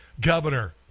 governor